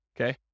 okay